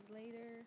later